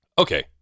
Okay